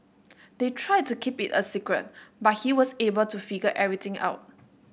they tried to keep it a secret but he was able to figure everything out